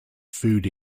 food